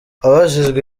abajijwe